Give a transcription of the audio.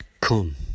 come